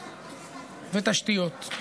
צמיחה ותשתיות.